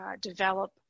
develop